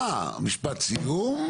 משפט סיום.